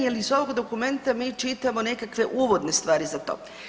Jer iz ovog dokumenta mi čitamo nekakve uvodne stvari za to.